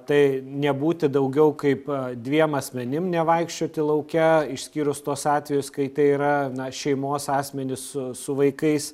tai nebūti daugiau kaip dviem asmenim nevaikščioti lauke išskyrus tuos atvejus kai tai yra šeimos asmenys su su vaikais